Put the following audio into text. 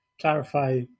clarify